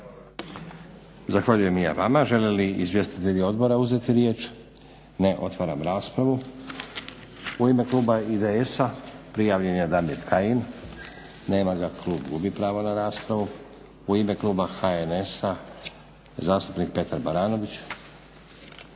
Zahvaljujem i ja vama. Žele li izvjestitelji odbora uzeti riječ? Ne. Otvaram raspravu. U ime kluba IDS-a prijavljen je Damir Kajin. Nema ga klub gubi pravo na raspravu. U ime kluba HNS-a zastupnik Petar Baranović.